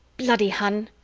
bloody hun!